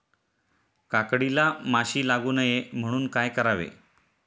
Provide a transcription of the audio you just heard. काकडीला माशी लागू नये म्हणून काय करावे?